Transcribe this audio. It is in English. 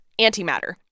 antimatter